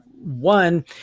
one